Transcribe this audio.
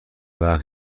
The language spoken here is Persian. وقت